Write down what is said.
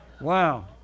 Wow